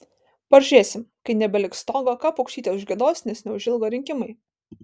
pažiūrėsim kai nebeliks stogo ką paukštytė užgiedos nes neužilgo rinkimai